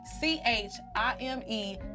C-H-I-M-E